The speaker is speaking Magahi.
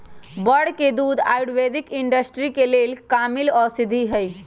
बड़ के दूध आयुर्वैदिक इंडस्ट्री के लेल कामिल औषधि हई